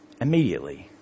immediately